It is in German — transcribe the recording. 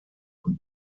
und